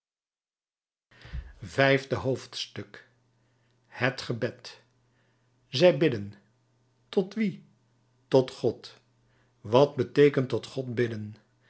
vijfde hoofdstuk het gebed zij bidden tot wien tot god wat beteekent tot god bidden